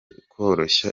koroshya